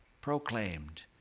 proclaimed